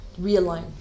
realign